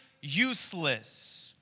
useless